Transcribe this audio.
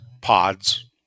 pods